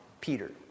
Peter